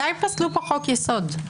מתי פסלו פה חוק-יסוד?